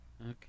Okay